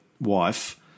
wife